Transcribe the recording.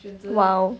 !wow!